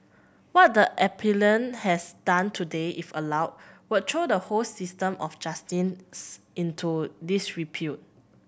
what the appellant has done today if allowed would throw the whole system of justice into disrepute